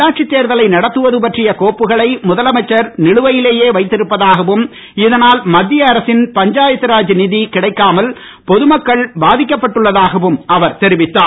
உள்ளாட்சி தேர்தலை நடத்துவது பற்றிய கோப்புக்களை முதலமைச்சர் நிலுவையிலேயே வைத்திருப்பதாகவும் இதனால் மத்திய அரசின் பஞ்சாயத்து ராஜ் நிதி கிடைக்காமல் கிராமப்புற மக்கள் பாதிக்கப்பட்டுள்ளதாகவும் அவர் தெரிவித்தார்